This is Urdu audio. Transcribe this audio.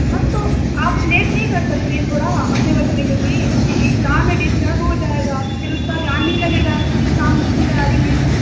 ہاں تو آپ لیٹ نہیں کر سکتی ہیں تھوڑا اپنے بچے کے لیے اب اگزام ہے ڈسٹرب ہو جائے گا پھر اُس کا دھیان نہیں لگے گا اگزام میں کی تیاری میں